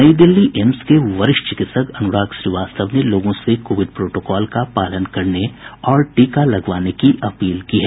नई दिल्ली एम्स के वरिष्ठ चिकित्सक अनुराग श्रीवास्तव ने लोगों से कोविड प्रोटोकॉल का पालन करने और टीका लगवाने की अपील की है